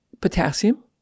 potassium